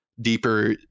deeper